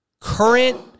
current